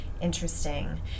interesting